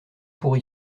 pourri